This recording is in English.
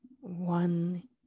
one